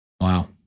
Wow